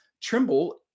Trimble